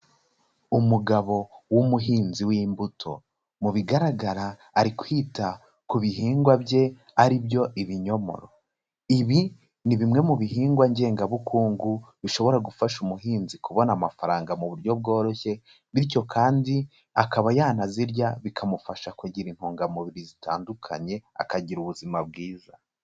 Umugabo w'umuhinzi w'imbuto, mu bigaragara ari kwita ku bihingwa bye ari byo ibinyomaro, ibi ni bimwe mu bihingwa ngengabukungu bishobora gufasha umuhinzi kubona amafaranga mu buryo bworoshye, bityo kandi akaba yanazirya bikamufasha kugira intungamubiri zitandukanye akagira ubuzima bwiza.